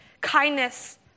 kindness